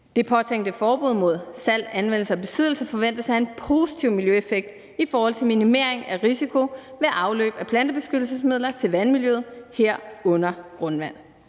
Det påtænkte forbud mod salg, anvendelse og besiddelse forventes at have en positiv miljøeffekt i forhold til minimering af risiko ved afløb af plantebeskyttelsesmidler til vandmiljøet, herunder grundvand.«